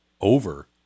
over